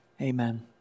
Amen